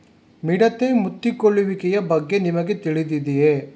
ಮಿಡತೆ ಮುತ್ತಿಕೊಳ್ಳುವಿಕೆಯ ಬಗ್ಗೆ ನಿಮಗೆ ತಿಳಿದಿದೆಯೇ?